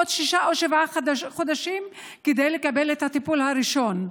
עוד שישה או שבעה חודשים כדי לקבל את הטיפול הראשון.